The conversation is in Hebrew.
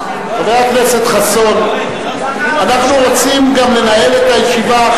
חבר הכנסת חסון, אנחנו רוצים גם לנהל את הישיבה.